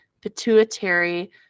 pituitary